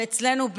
ואצלנו,